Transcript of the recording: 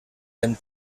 ben